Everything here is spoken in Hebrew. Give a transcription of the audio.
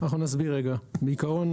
אנחנו נסביר: בעיקרון,